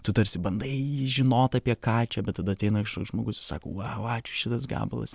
tu tarsi bandai jį žinot apie ką čia bet tada ateina žmogus ir sako vau ačiū šitas gabalas